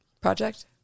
project